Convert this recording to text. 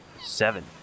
Seven